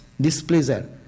displeasure